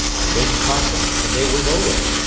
the wind caught them, and they were nowhere.